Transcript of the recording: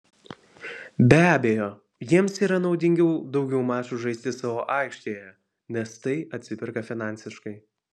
be abejo jiems yra naudingiau daugiau mačų žaisti savo aikštėje nes tai atsiperka finansiškai